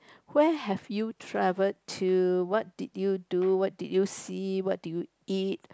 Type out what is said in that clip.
where have you traveled to what did you do what did you see what did you eat